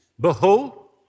Behold